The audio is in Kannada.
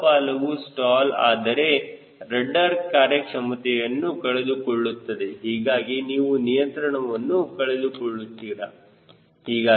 ಲಂಬ ಬಾಲವು ಸ್ಟಾಲ್ ಆದರೆ ರಡ್ಡರ್ ಕಾರ್ಯಕ್ಷಮತೆಯನ್ನು ಕಳೆದುಕೊಳ್ಳುತ್ತದೆ ಹೀಗಾಗಿ ನೀವು ನಿಯಂತ್ರಣವನ್ನು ಕಳೆದುಕೊಳ್ಳುತ್ತೀರಾ